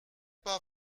pas